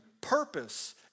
purpose